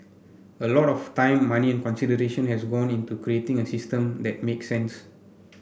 a lot of time money and consideration has gone into creating a system that makes sense